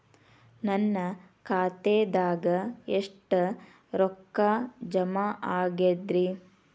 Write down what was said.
ನನ್ನ ಖಾತೆದಾಗ ಎಷ್ಟ ರೊಕ್ಕಾ ಜಮಾ ಆಗೇದ್ರಿ?